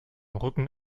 rücken